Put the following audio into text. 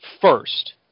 first